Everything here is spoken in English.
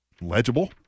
legible